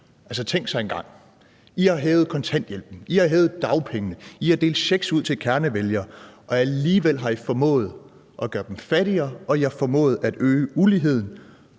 Altså, tænk sig engang! I har hævet kontanthjælpen, I har hævet dagpengene, I har delt checks ud til kernevælgere, og alligevel har I formået at gøre dem fattigere, og I har formået at øge uligheden